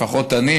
לפחות אני,